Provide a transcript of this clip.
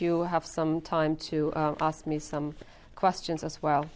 you have some time to ask me some questions as well